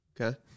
Okay